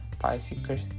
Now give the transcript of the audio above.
bicycles